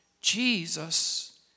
Jesus